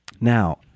Now